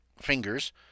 Fingers